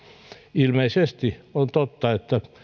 ilmeisesti on totta että